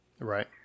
Right